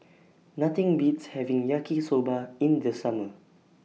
Nothing Beats having Yaki Soba in The Summer